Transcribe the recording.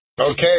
Okay